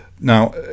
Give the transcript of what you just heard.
Now